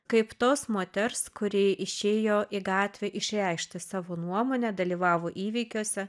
kaip tos moters kuri išėjo į gatvę išreikšti savo nuomonę dalyvavo įvykiuose